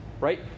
right